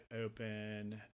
open